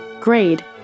Grade